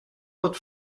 het